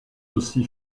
aussi